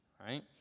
right